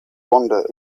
wander